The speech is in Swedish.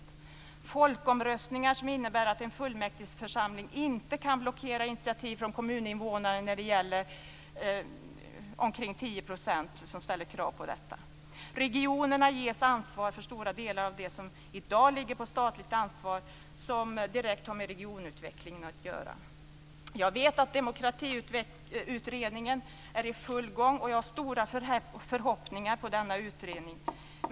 Det gäller också folkomröstningar som innebär att en fullmäktigeförsamling inte kan blockera initiativ från kommuninvånare om t.ex. 10 % av dem ställer ett krav. Regionerna kan ges ansvar för stora delar av det som i dag är statligt ansvar och som direkt har med regionutvecklingen att göra. Jag vet att Demokratiutredningen är i full gång, och jag har stora förhoppningar på denna utredning.